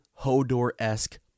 Hodor-esque